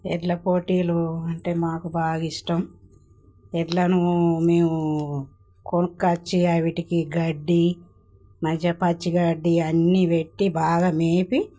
ఎడ్ల పోటీలు అంటే మాకు బాగా ఇష్టం ఎడ్లనూ మేమూ కొనుక్కొచ్చి అవిటకి గడ్డి మంచిగా పచ్చి గడ్డి అన్నీ పెట్టి బాగా మేపి